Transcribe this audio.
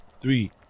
Three